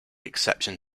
exception